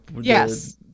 yes